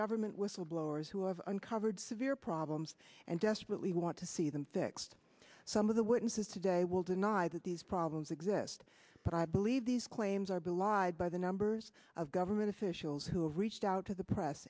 government whistleblowers who have uncovered severe problems and desperately want to see them fixed some of the witnesses today will deny that these problems exist but i believe these claims are belied by the bers of government officials who have reached out to the press